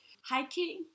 hiking